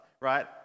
right